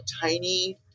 tiny